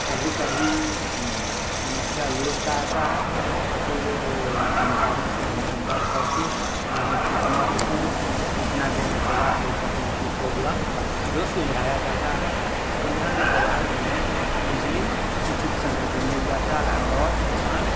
कभी कभी समस्या लोड का आता है तो फिर कर्मचारी से हम संपर्क करके उन्हें सूचना देते हैं सूचना देने के बाद वो तकनीकी प्रॉब्लम जो सुलझाया जाता है सुलझाने के बाद हमें बिजली उचित समय पे मिल जाता है और किसान